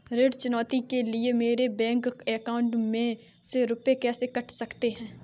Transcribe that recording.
ऋण चुकौती के लिए मेरे बैंक अकाउंट में से रुपए कैसे कट सकते हैं?